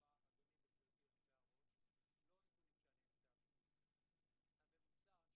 הולמת וגם להפוך לשק חבטות של אזרחי מדינת ישראל המתוסכלים